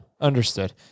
understood